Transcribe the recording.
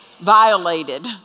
violated